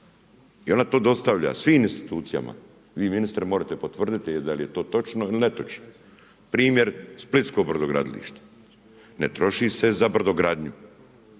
I ona to dostavlja svim institucijama. Vi ministre možete potvrditi da li je to točno ili netočno. Primjer, splitsko brodogradilište. Ne troši se za brodogradnju.